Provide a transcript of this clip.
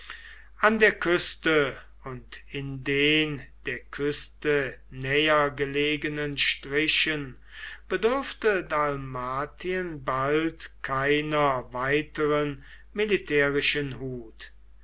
an der küste und in den der küste nähergelegenen strichen bedurfte dalmatien bald keiner weiteren militärischen hut